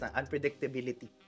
unpredictability